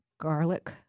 garlic